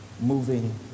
moving